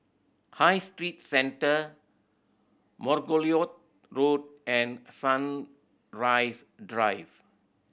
High Street Centre Margoliouth Road and Sunrise Drive